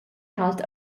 halt